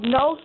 no